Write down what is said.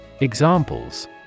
Examples